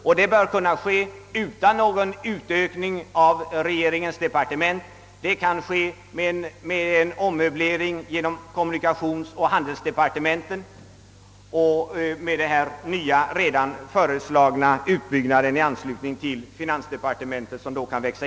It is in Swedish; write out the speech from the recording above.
Detta bör kunna ske utan någon utökning av regeringsdepartementen. Det kan ske med en ommöblering av kommunikationsoch handelsdepartementen.